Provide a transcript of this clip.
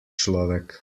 človek